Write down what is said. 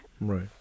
Right